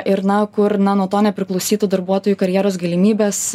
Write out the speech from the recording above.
ir na kur na nuo to nepriklausytų darbuotojų karjeros galimybės